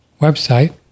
website